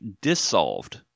dissolved